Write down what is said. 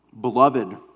Beloved